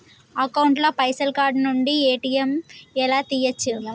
Account ల పైసల్ card నుండి ఏ.టి.ఎమ్ లా తియ్యచ్చా?